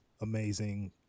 amazing